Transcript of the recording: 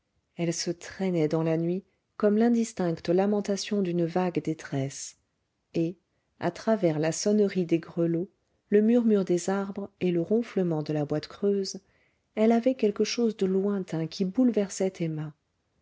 elle se traînait dans la nuit comme l'indistincte lamentation d'une vague détresse et à travers la sonnerie des grelots le murmure des arbres et le ronflement de la boîte creuse elle avait quelque chose de lointain qui bouleversait emma